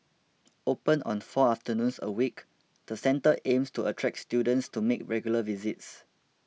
open on four afternoons a week the centre aims to attract students to make regular visits